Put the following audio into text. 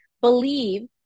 believe